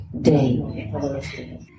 day